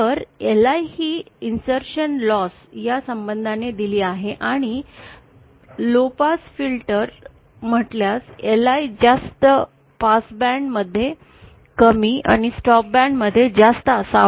तर LI ही insertion loss या संबंधाने दिल आहे आणि लो पास फिल्टर म्हटल्यास LI जास्त पासबँड मध्ये कमी आणि स्टॉप बँड मध्ये जास्त असावा